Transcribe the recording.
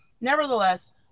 Nevertheless